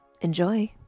Enjoy